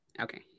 Okay